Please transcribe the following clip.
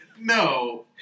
no